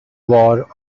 war